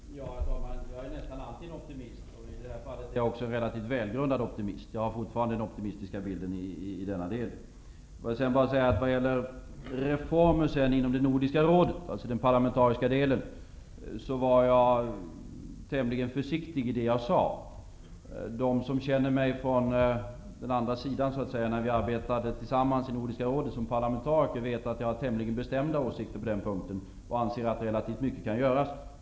Herr talman! Jag är nästan alltid optimist. I detta fall är jag också en relativt välgrundad optimist. Jag har fortfarande den optimistiska bilden i denna del. När det gäller reformer inom Nordiska rådet, dvs. den parlamentariska delen, var jag tämligen försiktig i det som jag sade. De som känner mig från så att säga den andra sidan, då vi arbetade tillsammans i Nordiska rådet som parlamentariker, vet att jag har tämligen bestämda åsikter på den punkten och anser att relativt mycket kan göras.